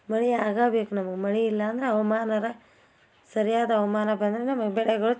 ಮಳೆ ಆಗ ಬೇಕು ನಮ್ಗೆ ಮಳೆ ಇಲ್ಲ ಅಂದರೆ ಹವ್ಮಾನರ ಸರಿಯಾದ ಹವ್ಮಾನ ಬಂದರೆ ನಮಗೆ ಬೆಳೆಗಳು